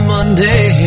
Monday